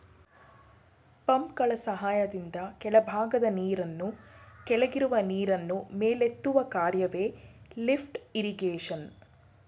ಪಂಪ್ಗಳ ಸಹಾಯದಿಂದ ಕೆಳಭಾಗದ ನೀರನ್ನು ಕೆಳಗಿರುವ ನೀರನ್ನು ಮೇಲೆತ್ತುವ ಕಾರ್ಯವೆ ಲಿಫ್ಟ್ ಇರಿಗೇಶನ್